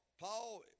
Paul